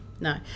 No